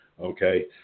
Okay